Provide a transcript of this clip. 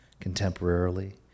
contemporarily